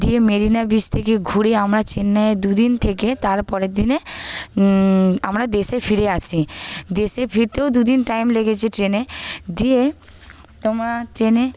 দিয়ে মেরিনা বিচ থেকে ঘুরে আমরা চেন্নাইয়ে দুদিন থেকে তারপরের দিনে আমরা দেশে ফিরে আসি দেশে ফিরতেও দুদিন টাইম লেগেছে ট্রেনে দিয়ে তোমার ট্রেনে